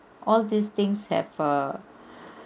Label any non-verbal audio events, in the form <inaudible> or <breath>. all these things have err <breath>